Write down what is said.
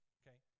okay